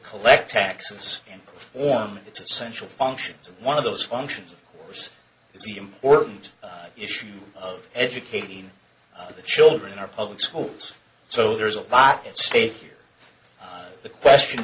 collect taxes and perform its essential functions one of those functions which is the important issue of educating the children in our public schools so there's a lot at stake here the question